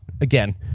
again